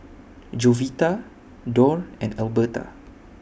Jovita Dorr and Elberta